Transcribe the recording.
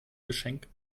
geschenk